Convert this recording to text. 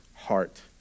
heart